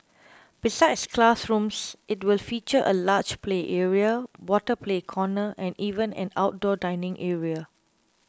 besides classrooms it will feature a large play area water play corner and even an outdoor dining area